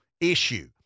issue